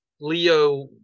Leo